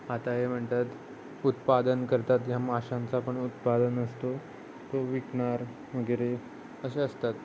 आता हे म्हणतात उत्पादन करतात या माशांचा पण उत्पादन असतो तो विकणार वगैरे असे असतात